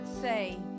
say